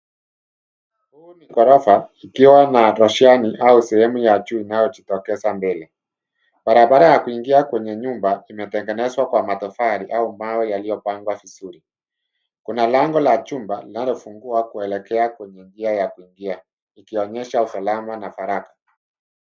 Hii ni ghorofa ikiwa na roshani au sehemu ya juu inayojitokeza mbele. Barabara ya kuingia kwenye nyumba imetengenezwa kwa matofali au mawe yaliyopangwa vizuri. Kuna lango la jumba linalofungua kuelekea kwenye njia ya kuingia ikionyesha usalama na faragha.